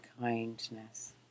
kindness